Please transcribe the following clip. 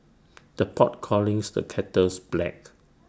the pot callings the kettles black